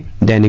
da